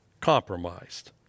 compromised